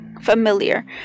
familiar